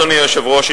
אדוני היושב-ראש,